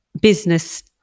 business